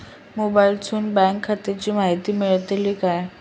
मोबाईलातसून बँक खात्याची माहिती मेळतली काय?